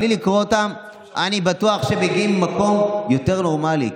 בלי לקרוא אותם אני בטוח שהם מגיעים ממקום יותר נורמלי,